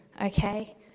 Okay